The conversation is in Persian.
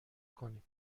کنیم